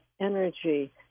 energy